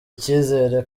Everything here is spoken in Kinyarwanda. icyizere